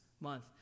month